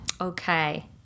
Okay